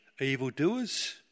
evildoers